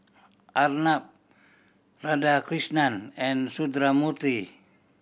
Arnab Radhakrishnan and Sundramoorthy